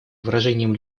выражением